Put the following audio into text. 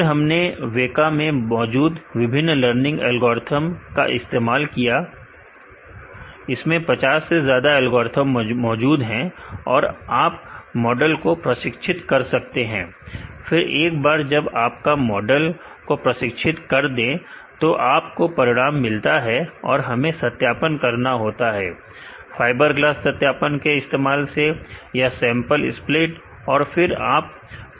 और हमने वेका में मौजूद विभिन्न लर्निंग एल्गोरिथ्म का इस्तेमाल किया इसमें 50 से ज्यादा एल्गोरिथ्म मौजूद हैं और आप मॉडल को प्रशिक्षित कर सकते हैं फिर एक बार जब आप मॉडल को प्रशिक्षित कर देते हैं तो आपको परिणाम मिलता है और हमें सत्यापन करना होता है फाइबरग्लास सत्यापन के इस्तेमाल से या सैंपल स्प्लिट और फिर आप प्रदर्शन को जांचे